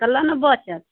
कथि ला ने बचत